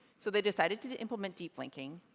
so they decided to to implement deep linking,